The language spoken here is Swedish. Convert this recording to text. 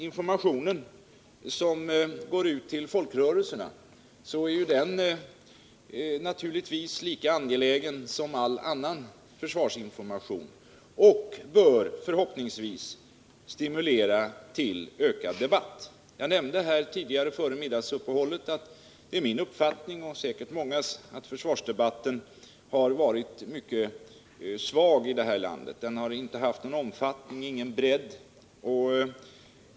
Informationen som går ut till folkrörelserna är naturligtvis lika angelägen som all annan försvarsinformation och bör stimulera till ökad debatt. Jag nämnde före middagsuppehållet att det är min uppfattning och säkert många andras att försvarsdebatten har varit mycket svag här i landet. Den har saknat omfattning och bredd.